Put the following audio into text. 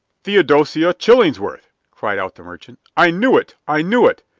theodosia chillingsworth! cried out the merchant. i knew it! i knew it!